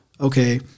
Okay